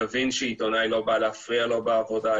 יבין שעיתונאי לא בא להפריע לו בעבודה,